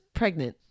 pregnant